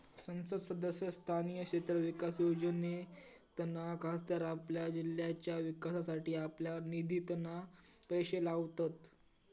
संसद सदस्य स्थानीय क्षेत्र विकास योजनेतना खासदार आपल्या जिल्ह्याच्या विकासासाठी आपल्या निधितना पैशे लावतत